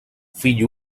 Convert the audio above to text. fill